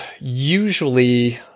usually